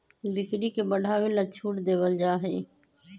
बिक्री के बढ़ावे ला छूट देवल जाहई